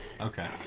Okay